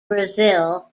brazil